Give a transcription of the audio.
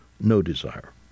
no-desire